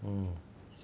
mm